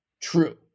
true